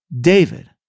David